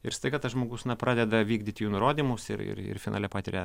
ir staiga tas žmogus na pradeda vykdyt jų nurodymus ir ir ir finale patiria